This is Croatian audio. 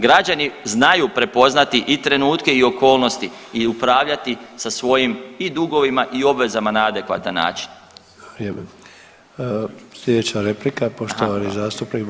Građani znaju prepoznati i trenutke i okolnosti i upravljati sa svojim i dugovima i obvezama na adekvatan način.